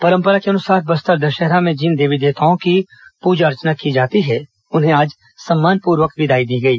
परंपरा के अनुसार बस्तर दषहरा में जिन देवी देवताओं की पूजा अर्चना की जाती है उन्हें आज सम्मानपूर्वक विदाई दी गई